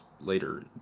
later